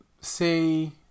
say